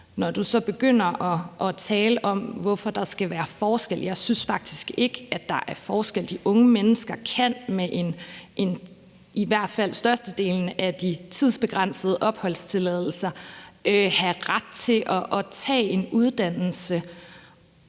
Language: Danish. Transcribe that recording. Når du så begynder at tale om, hvorfor der skal være forskel, vil jeg sige: Jeg synes faktisk ikke, at der er forskel. De unge mennesker kan med i hvert fald størstedelen af de tidsbegrænsede opholdstilladelser have ret til at tage en uddannelse.